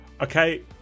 Okay